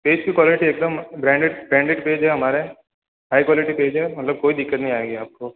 page की quality एकदम branded branded page है हमारे हाई क्वालिटी पेज है मतलब कोई दिक्कत नहीं आएगी आपको